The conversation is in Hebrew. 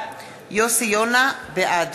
בעד